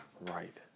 right